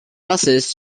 buses